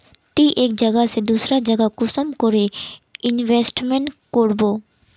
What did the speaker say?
ती एक जगह से दूसरा जगह कुंसम करे इन्वेस्टमेंट करबो?